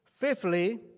Fifthly